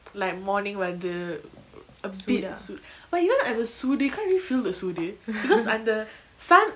like morning வந்து எப்டி சொல்:vanthu epdi sol but you know at the சூடு:soodu they can't really feel the சூடு:soodu because அந்த:antha sun